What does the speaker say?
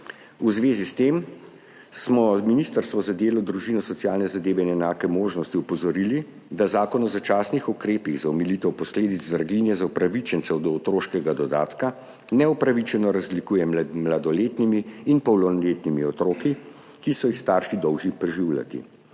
V zvezi s tem smo Ministrstvo za delo, družino, socialne zadeve in enake možnosti opozorili, da Zakon o začasnih ukrepih za omilitev posledic draginje za upravičence do otroškega dodatka neupravičeno razlikuje med mladoletnimi in polnoletnimi otroki, ki so jih starši dolžni preživljati.